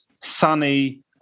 sunny